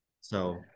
So-